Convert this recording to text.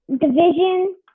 division